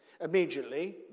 Immediately